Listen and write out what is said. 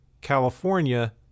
California